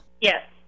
Yes